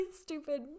stupid